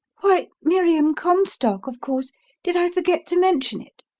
why miriam comstock, of course did i forget to mention it?